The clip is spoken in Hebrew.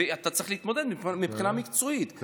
ואתה צריך להתמודד מבחינה מקצועית.